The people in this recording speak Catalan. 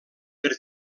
per